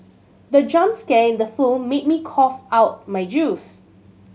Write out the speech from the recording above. the jump scare in the film made me cough out my juice